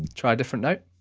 try a different note,